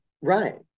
right